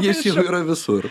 jis jau yra visur